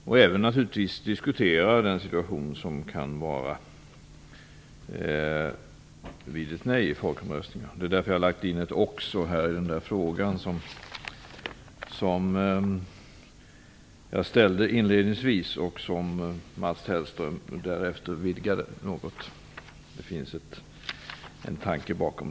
Naturligtvis vill vi också diskutera den situation som kan uppstå vid ett nej i folkomröstningarna. Det är därför jag har lagt in ett "också" i frågan som jag ställde inledningsvis och som Mats Hellström därefter vidgade något. Det finns en tanke bakom.